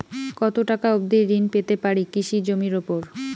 কত টাকা অবধি ঋণ পেতে পারি কৃষি জমির উপর?